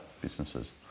businesses